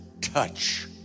Touch